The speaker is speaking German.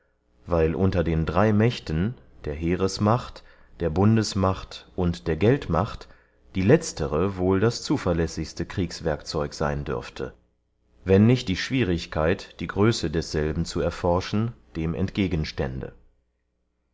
weil unter den drey mächten der heeresmacht der bundesmacht und der geldmacht die letztere wohl das zuverläßigste kriegswerkzeug seyn dürfte wenn nicht die schwierigkeit die größe desselben zu erforschen dem entgegenstände